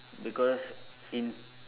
because in